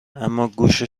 اماگوش